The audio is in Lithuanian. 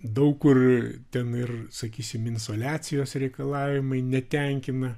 daug kur ten ir sakysim insoliacijos reikalavimai netenkina